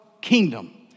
kingdom